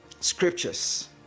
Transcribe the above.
scriptures